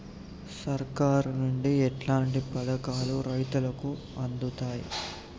సర్కారు నుండి ఎట్లాంటి పథకాలు రైతులకి అందుతయ్?